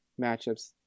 matchups